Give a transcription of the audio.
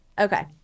Okay